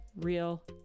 real